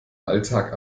alltag